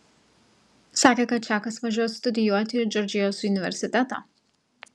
sakė kad čakas važiuos studijuoti į džordžijos universitetą